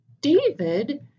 David